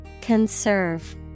Conserve